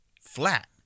flat